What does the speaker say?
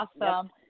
awesome